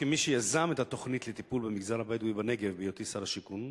כמי שיזם את התוכנית לטיפול במגזר הבדואי בנגב בהיותי שר השיכון,